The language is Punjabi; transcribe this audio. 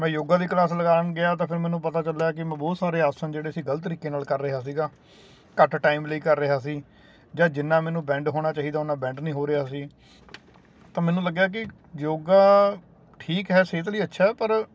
ਮੈਂ ਯੋਗਾ ਦੀ ਕਲਾਸ ਲਗਾਣ ਗਿਆ ਤਾਂ ਫਿਰ ਮੈਨੂੰ ਪਤਾ ਚੱਲਿਆ ਕਿ ਮੈਂ ਬਹੁਤ ਸਾਰੇ ਆਸਨ ਜਿਹੜੇ ਸੀ ਗਲਤ ਤਰੀਕੇ ਨਾਲ ਕਰ ਰਿਹਾ ਸੀਗਾ ਘੱਟ ਟਾਈਮ ਲਈ ਕਰ ਰਿਹਾ ਸੀ ਜਾਂ ਜਿੰਨਾ ਮੈਨੂੰ ਬੈਂਡ ਹੋਣਾ ਚਾਹੀਦਾ ਉਹਨਾਂ ਬੈਡ ਨਹੀਂ ਹੋ ਰਿਹਾ ਸੀ ਤਾਂ ਮੈਨੂੰ ਲੱਗਿਆ ਕਿ ਯੋਗਾ ਠੀਕ ਹੈ ਸਿਹਤ ਲਈ ਅੱਛਾ ਪਰ